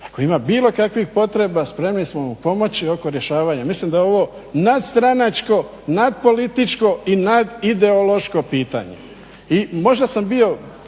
ako ima bilo kakvih potreba, spremni smo mu pomoći oko rješavanja. Mislim da je ovo nadstranačko, nadpolitičko i nadideološko pitanje